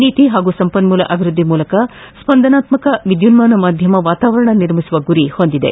ನೀತಿ ಹಾಗೂ ಸಂಪನ್ಮೂಲ ಅಭಿವೃದ್ಧಿ ಮೂಲಕ ಸ್ಪಂದನಾತ್ಮಕ ವಿದ್ಯುನ್ನಾನ ಮಾಧ್ಯಮ ವಾತಾವರಣ ನಿರ್ಮಿಸುವ ಗುರಿ ಹೊಂದಿದೆ